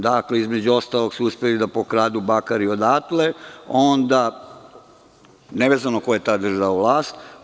Dakle, između ostalog, uspeli su i da pokradu bakar i odatle, nevezano ko je tada držao vlast.